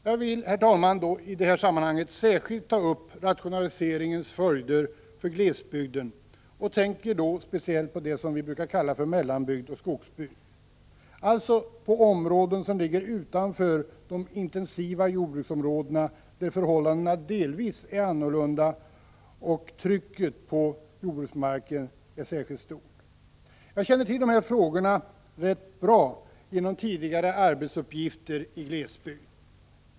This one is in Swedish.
Jag vill, herr talman, i det här sammanhanget särskilt ta upp rationaliseringens följder för glesbygden, och jag tänker då speciellt på det som vi brukar kalla mellanbygd och skogsbygd, alltså områden som ligger utanför de intensiva jordbruksområdena och där förhållandena delvis är annorlunda och trycket på jordbruksmarken särskilt stort. Jag känner till de här frågorna rätt bra genom tidigare arbetsuppgifter i glesbygd.